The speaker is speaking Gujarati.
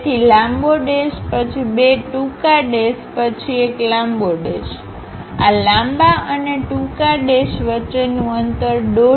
તેથી લાંબો ડેશ પછી બે ટૂંકા ડેશ પછી એક લાંબો ડેશઆ લાંબા અને ટૂંકા ડેશ વચ્ચેનું અંતર 1